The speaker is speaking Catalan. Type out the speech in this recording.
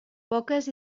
poques